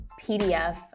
PDF